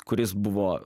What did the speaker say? kuris buvo